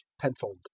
Penfold